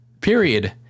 period